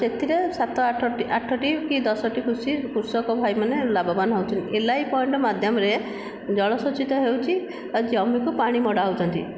ସେଥିରେ ସାତ ଆଠ ଆଠଟି କି ଦଶଟି କୃଷି କୃଷକ ଭାଇମାନେ ଲାଭବାନ ହେଉଛନ୍ତି ଏଲ୍ ଆଇ ପଏଣ୍ଟ ମାଧ୍ୟମରେ ଜଳ ସେଚିତ ହେଉଛି ଆଉ ଜମିକୁ ପାଣି ମଡ଼ାଉଛନ୍ତି